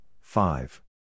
five